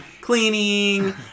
cleaning